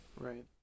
right